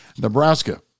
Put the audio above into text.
Nebraska